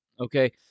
okay